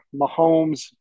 Mahomes